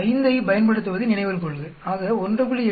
05 ஐ பயன்படுத்துவதை நினைவில் கொள்க ஆக 1